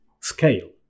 scale